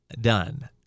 done